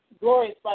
glorious